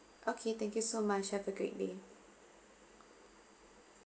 okay thank you so much have a great day